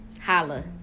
holla